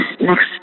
next